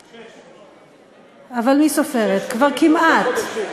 שש שנים ושלושה חודשים,